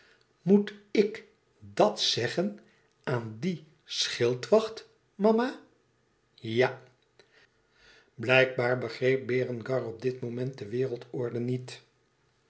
moet ik dat zeggen aan dien schildwacht mama ja blijkbaar begreep berengar op dit moment de wereldorde niet